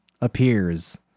appears